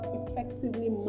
effectively